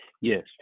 yes